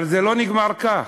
אבל זה לא נגמר כך,